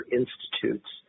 institutes